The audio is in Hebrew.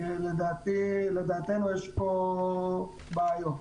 שלדעתנו יש בהן בעיות.